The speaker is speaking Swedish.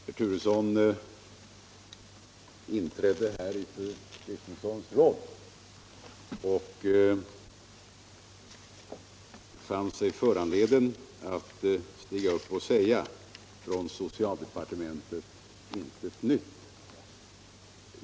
ket narkotikamissbruket Herr Turesson inträdde här i fru Kristenssons roll och fann sig föranlåten att stiga upp och säga: Från socialdepartementet intet nytt.